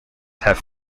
have